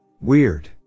Weird